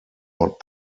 not